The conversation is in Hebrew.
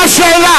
מה השאלה?